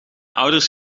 ouders